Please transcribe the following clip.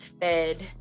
fed